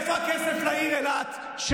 איפה הכסף לעיר אילת,